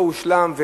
זה עדיין לא הושלם,